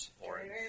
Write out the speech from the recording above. Orange